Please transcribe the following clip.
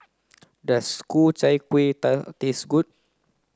does Ku Chai Kuih taste good